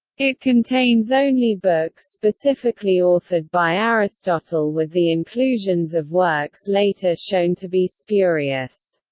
it contains only books specifically authored by aristotle with the inclusions of works later shown to be spurious.